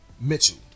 Mitchell